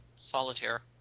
Solitaire